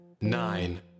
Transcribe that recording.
Nine